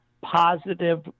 positive